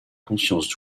conscience